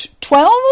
Twelve